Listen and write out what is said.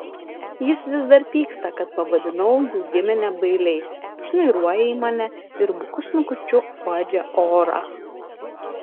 jis vis dar pyksta kad pavadinau jų giminę bailiais šnairuoja į mane ir buku snukučiu uodžia orą